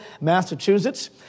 Massachusetts